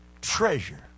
treasure